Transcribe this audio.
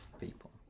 people